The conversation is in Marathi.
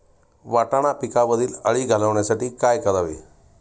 वाटाणा पिकावरील अळी घालवण्यासाठी काय करावे?